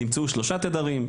נמצאו 3 תדרים.